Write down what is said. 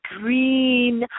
green